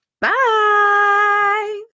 Bye